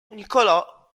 niccolò